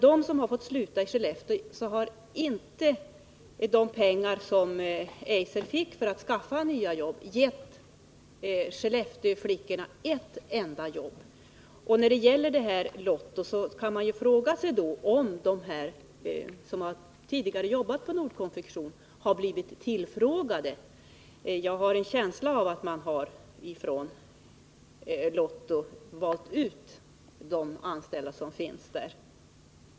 De pengar som Eiser fick för att skaffa nya jobb har inte gett Skellefteflickorna ett enda jobb. Beträffande Lotto kan man fråga sig om de som tidigare arbetat på Nordkonfektion har blivit tillfrågade. Jag har en känsla av att Lotto har valt ut dem som nu är anställda där.